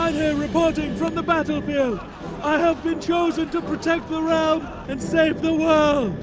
reporting from the battlefield i have been chosen to protect the realm and save the world!